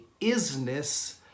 isness